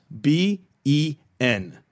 B-E-N